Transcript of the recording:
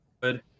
good